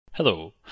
Hello